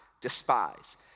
despise